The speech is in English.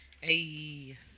Hey